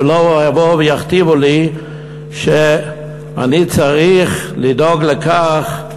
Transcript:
ולא יכתיבו לי שאני צריך לדאוג לכך,